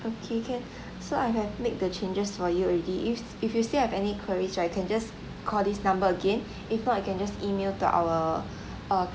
okay can so I have made the changes for you already if if you still have any queries right you can just call this number again if not you can just email to our uh